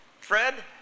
Fred